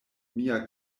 mia